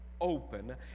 open